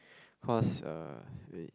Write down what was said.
cause uh wait